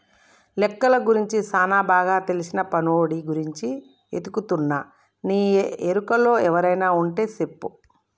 లెక్కలు గురించి సానా బాగా తెల్సిన పనోడి గురించి ఎతుకుతున్నా నీ ఎరుకలో ఎవరైనా వుంటే సెప్పు